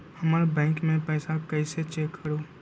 हमर बैंक में पईसा कईसे चेक करु?